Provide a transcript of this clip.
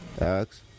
Alex